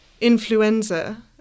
influenza